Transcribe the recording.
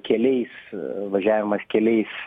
keliais važiavimas keliais